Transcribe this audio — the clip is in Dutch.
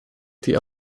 die